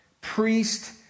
priest